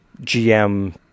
GM